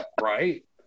right